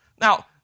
Now